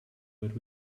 but